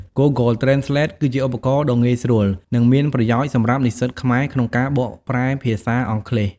Google Translate គឺជាឧបករណ៍ដ៏ងាយស្រួល និងមានប្រយោជន៍សម្រាប់និស្សិតខ្មែរក្នុងការបកប្រែភាសាអង់គ្លេស។